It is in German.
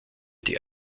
die